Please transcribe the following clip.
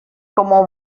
como